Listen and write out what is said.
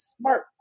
smart